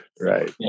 Right